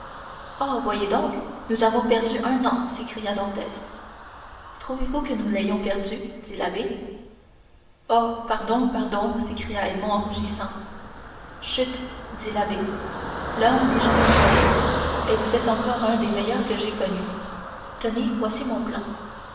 oh voyez donc nous avons perdu un an s'écria dantès trouvez-vous que nous l'ayons perdu dit l'abbé oh pardon pardon s'écria edmond rougissant chut dit l'abbé l'homme n'est jamais qu'un homme et vous êtes encore un des meilleurs que j'aie connus tenez voici mon plan